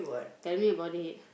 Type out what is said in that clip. tell me about it